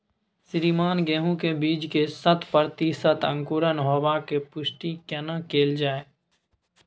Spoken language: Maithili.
श्रीमान गेहूं के बीज के शत प्रतिसत अंकुरण होबाक पुष्टि केना कैल जाय?